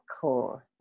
Cool